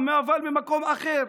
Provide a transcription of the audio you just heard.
אבל ממקום אחר,